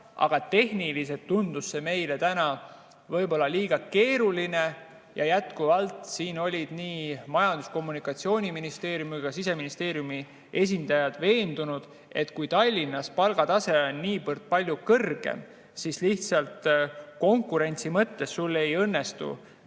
aga tehniliselt tundus see meile täna võib‑olla liiga keeruline. Nii Majandus- ja Kommunikatsiooniministeeriumi kui ka Siseministeeriumi esindajad olid veendunud, et kui Tallinnas on palgatase niivõrd palju kõrgem, siis lihtsalt konkurentsi mõttes sul ei õnnestu